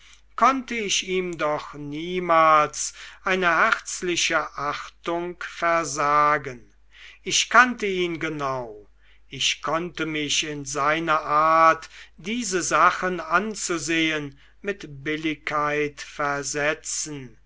konnte ich ihm doch niemals eine herzliche achtung versagen ich kannte ihn genau ich konnte mich in seine art diese sachen anzusehen mit billigkeit versetzen